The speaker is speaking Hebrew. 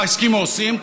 האסקימואים,